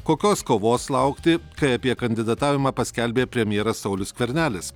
kokios kovos laukti kai apie kandidatavimą paskelbė premjeras saulius skvernelis